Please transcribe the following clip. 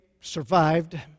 survived